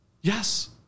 Yes